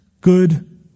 good